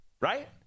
right